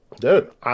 Dude